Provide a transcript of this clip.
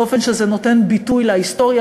באופן שזה נותן ביטוי להיסטוריה,